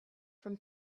from